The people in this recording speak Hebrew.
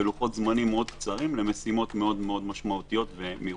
בלוחות זמנים מאוד קצרים למשימות מאוד משמעותיות ומיוחדות.